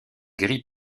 gris